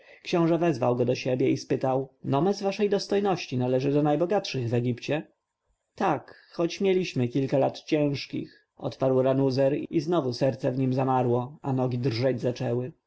książę wezwał go do siebie i spytał nomes waszej dostojności należy do najbogatszych w egipcie tak chociaż mieliśmy kilka lat ciężkich odparł ranuzer i znowu serce w nim zamarło a nogi zaczęły